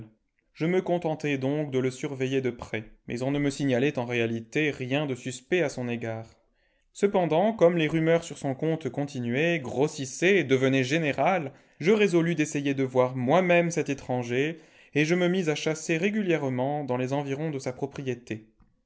je me contentai donc de le surveiller de près mais on ne me signalait en réalité rien de suspect à son égara cependant comme les rumeurs sur son compte continuaient grossissaient devenaient générales je résolus d'essayer de voir moi-même cet étranger et je me mis à chasser régulièrement oans les environs de sa propriété